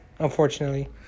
unfortunately